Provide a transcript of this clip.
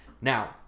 Now